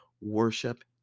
worship